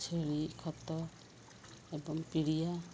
ଛେଳି ଖତ ଏବଂ ପିଡ଼ିଆ